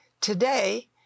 today